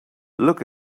look